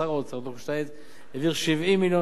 שר האוצר יובל שטייניץ העביר 70 מיליון